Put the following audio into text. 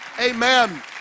Amen